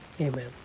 Amen